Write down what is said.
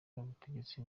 ubutegetsi